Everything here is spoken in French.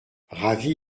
ravi